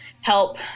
help